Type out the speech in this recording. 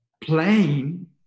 playing